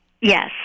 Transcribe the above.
Yes